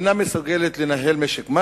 ואינה מסוגלת לנהל משק מים.